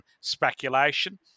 speculation